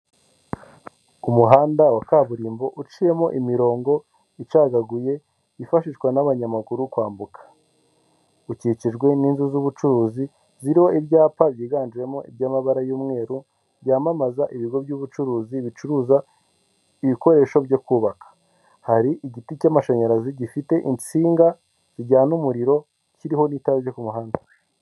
Umuhanda wa kaburimbo uciyemo imirongo icagaguye yifashishwa n'abanyamaguru kwambuka, ukikijwe n'inzu z'ubucuruzi, ziriho ibyapa byiganjemo iby'amabara y'umweru byamamaza ibigo by'ubucuruzi bicuruza ibikoresho byo kubaka, hari igiti cy'amashanyarazi gifite insinga zijyana umuriro kiriho n'itara ryo kumuhanda.